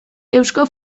eusko